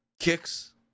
kicks